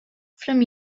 from